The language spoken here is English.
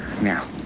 Now